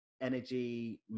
energy